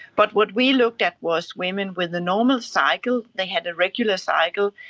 but what we looked at was women with a normal cycle, they had a regular cycle,